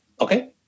Okay